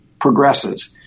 progresses